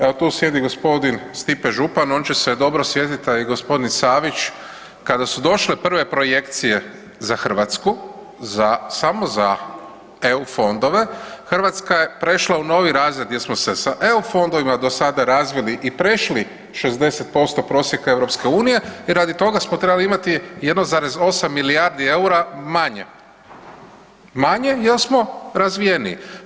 Evo tu sjedi g. Stipe Župan on će se dobro sjetit, a i g. Savić kada su došle prve projekcije za Hrvatske samo za eu fondove, Hrvatska je prešla u novi razred jer smo se sa eu fondovima razvili i prešli 60% prosjeka EU i radi toga smo trebali imati 1,8 milijardi eura manje, manje jel smo razvijeniji.